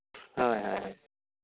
ᱦᱳᱭ ᱦᱳᱭ ᱦᱳᱭ